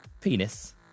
penis